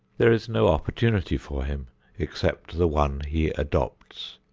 there is no opportunity for him except the one he adopts.